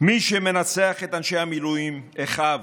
מי שמנצח את אנשי המילואים, אחיו,